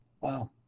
wow